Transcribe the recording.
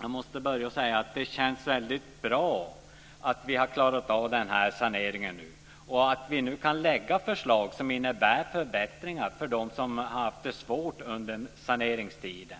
Jag måste börja med att säga att det känns väldigt bra att vi har klarat av den här saneringen nu och att vi nu kan lägga fram förslag som innebär förbättringar för dem som har haft det svårt under saneringstiden.